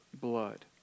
blood